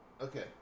Okay